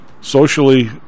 socially